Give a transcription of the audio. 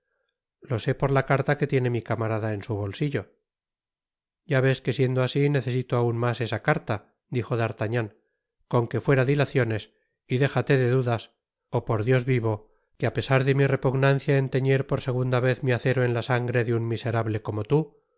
lo sé por la carta que tiene mi camarada en su bolsillo ya ves que siendo asi necesito aun mas esa carta dijo d'artagnan con qué fuera dilaciones y déjate de dudas ó por dios vivo que á pesar de mi repugnancia en teñir por segunda vez mi acero en la sangre de un miserable como tú